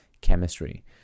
chemistry